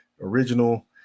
original